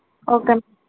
okay